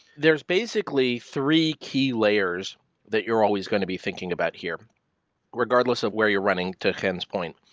there's basically three key layers that you're always going to be thinking about here regardless of where you're running to chen's point.